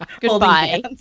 Goodbye